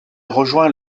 rejoint